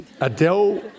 Adele